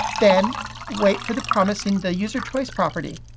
then wait for the promising the user choice property.